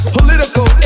Political